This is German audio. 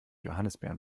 johannisbeeren